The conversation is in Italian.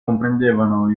comprendevano